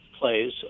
plays